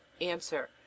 Answer